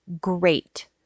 great